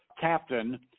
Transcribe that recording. captain